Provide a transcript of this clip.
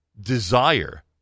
desire